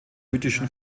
mythischen